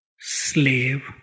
slave